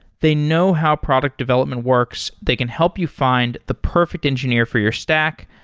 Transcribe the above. they know how product development works. they can help you find the perfect engineer for your stack,